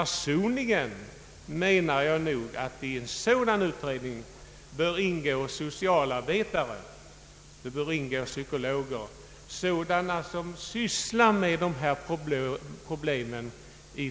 Personligen anser jag att i en sådan utredning bör ingå socialarbetare och psykologer, d.v.s. sådana som sysslar med dessa problem